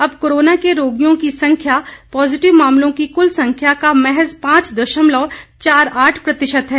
अब कोरोना के रोगियों की संख्या पॉजिटिव मामलों की कुल संख्या का महज पांच दशमलव चार आठ प्रतिशत है